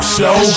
show